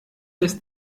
ist